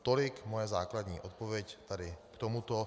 Tolik moje základní odpověď k tomuto.